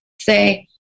say